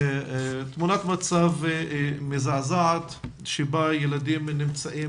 תמונת מצב מזעזעת שבה ילדים נמצאים